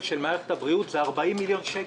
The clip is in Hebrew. של מערכת הבריאות זה 40 מיליון שקל?